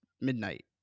midnight